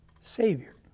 Savior